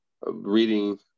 reading